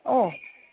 ഓ